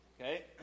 Okay